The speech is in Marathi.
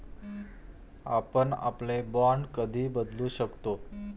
आपण आपले बाँड कधी बदलू शकतो?